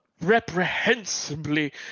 reprehensibly